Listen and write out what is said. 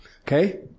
Okay